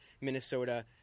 Minnesota